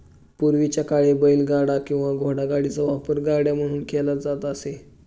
पूर्वीच्या काळी बैलगाडी किंवा घोडागाडीचा वापर गाड्या म्हणून केला जात असे